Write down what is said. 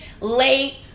late